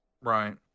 Right